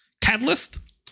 Catalyst